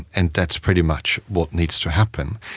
and that's pretty much what needs to happen.